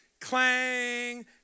Clang